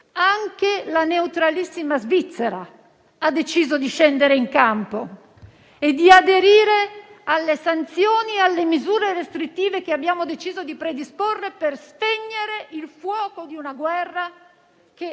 Anche la neutralissima Svizzera ha deciso di scendere in campo e di aderire alle sanzioni e alle misure restrittive che abbiamo deciso di predisporre per spegnere il fuoco di questa guerra.